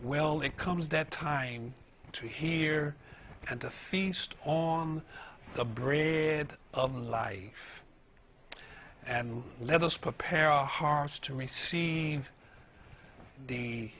well it comes that time to hear and to feast on the bread of life and let us prepare our hearts to receive the